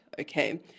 okay